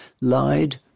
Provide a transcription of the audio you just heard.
lied